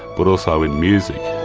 but also in music.